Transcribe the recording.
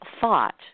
thought